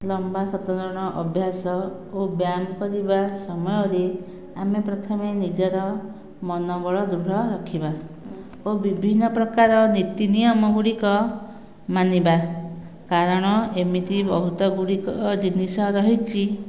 ଲମ୍ବା ସନ୍ତରଣର ଅଭ୍ୟାସ ଓ ବ୍ୟାୟାମ କରିବା ସମୟ ରେ ଆମେ ପ୍ରଥମେ ନିଜର ମନବଳ ଦୃଢ଼ ରଖିବା ଓ ବିଭିନ୍ନ ପ୍ରକାର ନୀତି ନିୟମ ଗୁଡ଼ିକ ମାନିବା କାରଣ ଏମିତି ବହୁତ ଗୁଡ଼ିକ ଜିନିଷ ରହିଛି